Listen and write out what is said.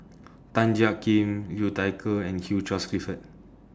Tan Jiak Kim Liu Thai Ker and Hugh Charles Clifford